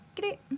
great